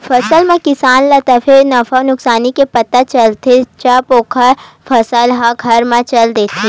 फसल म किसान ल तभे नफा नुकसानी के पता चलथे जब ओखर फसल ह घर म चल देथे